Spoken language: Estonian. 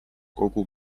kogu